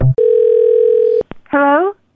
Hello